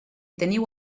teniu